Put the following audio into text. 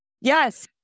yes